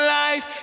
life